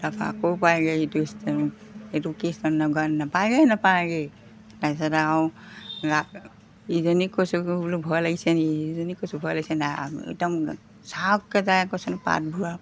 তাৰপৰা আকৌ পায়গৈ ইটো এইটো নাপায়গৈহে নাপায়গৈ তাৰপিছত আৰু ইজনীক কৈছোঁ বোলো ভয় লাগিছেনি সিজনীক কৈছোঁ ভয় লাগিছেনি একদম চাওককে যায় কৈছোঁ নহয় পাতবোৰ